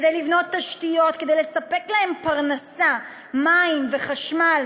כדי לבנות תשתיות, כדי לספק להם פרנסה, מים וחשמל,